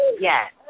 Yes